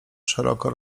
szeroko